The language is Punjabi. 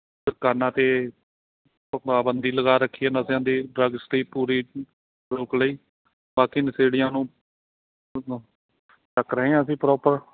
ਦੁਕਾਨਾਂ 'ਤੇ ਪ ਪਾਬੰਦੀ ਲਗਾ ਰੱਖੀ ਹੈ ਨਸ਼ਿਆਂ ਦੀ ਡਰੱਗਸ ਦੀ ਪੂਰੀ ਰੋਕ ਲਈ ਬਾਕੀ ਨਸ਼ੇੜੀਆਂ ਨੂੰ ਚੱਕ ਰਹੇ ਹਾਂ ਅਸੀਂ ਪ੍ਰੋਪਰ